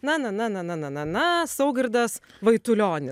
na na na na na na na saugirdas vaitulionis